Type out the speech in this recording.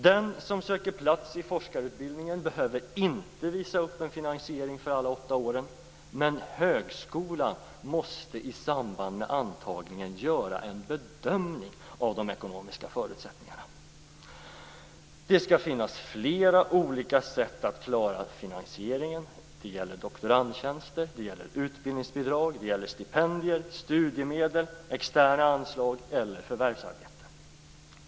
Den som söker plats i forskarutbildningen behöver inte visa upp en finansiering för alla åtta åren, men högskolan måste i samband med antagningen göra en bedömning av de ekonomiska förutsättningarna. Det skall finnas flera olika sätt att klara finansieringen. Det gäller doktorandtjänster, utbildningsbidrag, stipendier, studiemedel, externa anslag eller förvärvsarbete.